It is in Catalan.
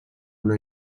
una